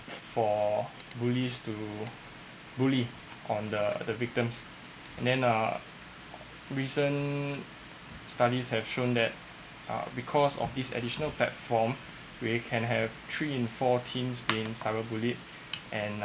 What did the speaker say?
for bullies to bully on the the victims and then uh recent studies have shown that uh because of these additional platform where you can have three in four teens being cyber bullied and